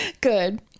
good